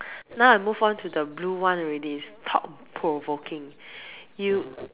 now I move on to the blue one already is thought provoking you